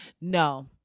No